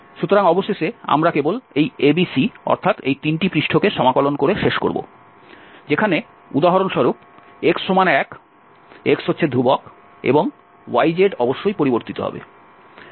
সুতরাং অবশেষে আমরা কেবল এই ABC অর্থাৎ এই তিনটি পৃষ্ঠকে সমাকলন করে শেষ করব যেখানে উদাহরণস্বরূপ x 1 x হচ্ছে ধ্রুবক এবং yz অবশ্যই পরিবর্তিত হবে